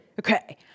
Okay